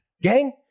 gang